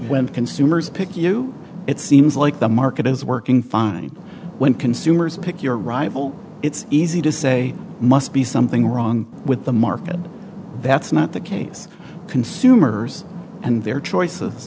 when consumers pick you it seems like the market is working fine when consumers pick your rival it's easy to say must be something wrong with the market that's not the case consumers and their choices